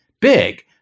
big